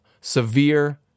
severe